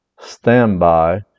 Standby